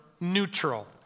neutral